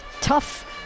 tough